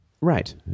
Right